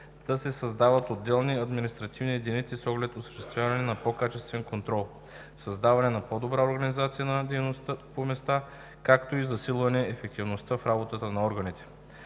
да се създават отделни административни единици, с оглед осъществяване на по-качествен контрол и създаване на по-добра организация на дейността по места, както и засилване ефективността в работата на органите.